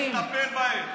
שתטפל בהם.